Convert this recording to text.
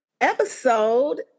episode